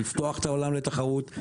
לפתוח את העולם לתחרות,